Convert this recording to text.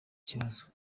kibazo